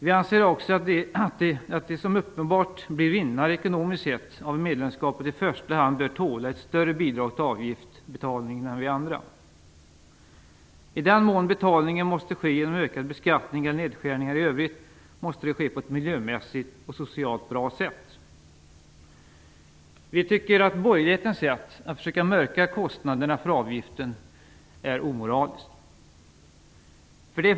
Vi anser att de som uppenbart blir vinnare ekonomiskt sett av medlemskapet i första hand bör tåla ett större bidrag till avgiftsbetalning än andra. I den mån betalningen måste ske genom ökad beskattning och nedskärningar i övrigt, måste det ske på ett miljömässigt och socialt bra sätt. Vi tycker att borgerlighetens sätt att försöka mörklägga kostnaderna för avgiften är omoraliskt.